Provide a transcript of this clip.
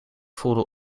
voelde